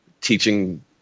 teaching